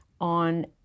on